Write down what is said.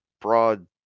broad